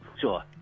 Sure